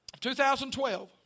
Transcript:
2012